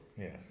Yes